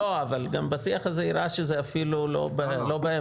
לא, השיח הזה הראה שזה אפילו לא באמצע.